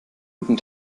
guten